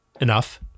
Enough